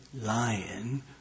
lion